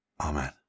Amen